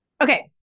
Okay